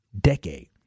decade